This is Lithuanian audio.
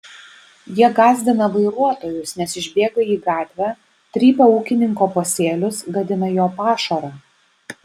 jie gąsdina vairuotojus nes išbėga į gatvę trypia ūkininko pasėlius gadina jo pašarą